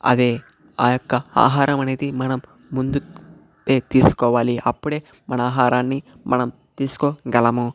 అదే ఆ యొక్క ఆహారం అనేది మనం ముందు ఏ తీసుకోవాలి అప్పుడే మన ఆహారాన్ని మనం తీసుకోగలము